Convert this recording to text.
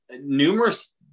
numerous